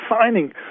signing